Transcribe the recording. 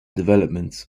development